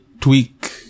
tweak